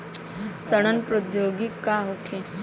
सड़न प्रधौगकी का होखे?